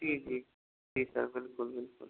जी जी जी सर बिल्कुल बिल्कुल